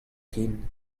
ken